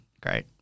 great